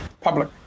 public